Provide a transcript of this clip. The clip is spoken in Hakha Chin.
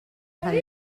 hman